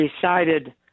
decided